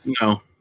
No